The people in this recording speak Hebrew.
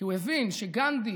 כי הוא הבין שגנדי